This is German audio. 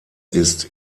ist